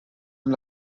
amb